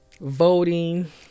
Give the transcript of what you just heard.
voting